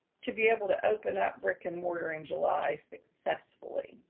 to be able to open up brick and mortar in july successfully.